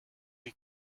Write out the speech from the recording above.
you